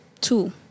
Two